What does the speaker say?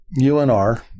UNR